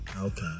okay